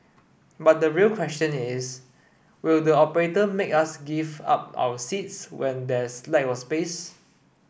but the real question is will the operator make us give up our seats when there's lack of space